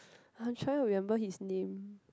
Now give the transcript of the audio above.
I'm trying remember his name